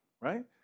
right